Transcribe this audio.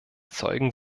zeugen